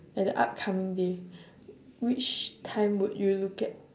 at the upcoming day which time would you look at